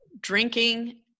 Drinking